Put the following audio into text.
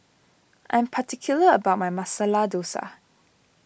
I am particular about my Masala Dosa